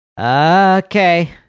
Okay